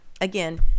again